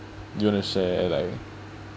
you want to share like